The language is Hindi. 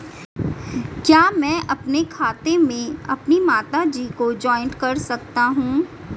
क्या मैं अपने खाते में अपनी माता जी को जॉइंट कर सकता हूँ?